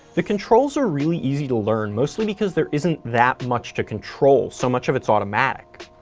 the controls are really easy to learn, mostly because there isn't that much to control, so much of it's automatic.